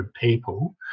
people